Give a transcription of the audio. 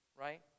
Right